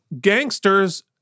gangsters